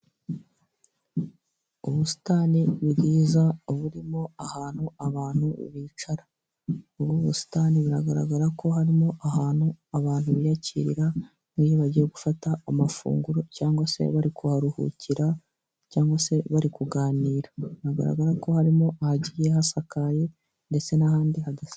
Ubusitani bwiza burimo ahantu abantu bicara, muri ubu busitani biragaragara ko harimo ahantu abantu biyakirira nkiyo bagiye gufata amafunguro cyangwa se bari kuharuhukira cyangwa se bari kuganira biragaragara ko harimo ahagiye hasakaye ndetse n'ahandi hadasakaye.